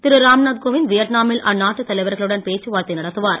திரு ராம்நாத் கோவிந்த் வியட்நா மில் அந்நாட்டுத் தலைவர்களுடன் பேச்சுவார்த்தை நடத்துவார்